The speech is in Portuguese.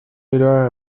melhor